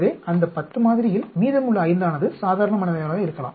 எனவே அந்த 10 மாதிரியில் மீதமுள்ள 5 ஆனது சாதாரணமானவைகளாக இருக்கும்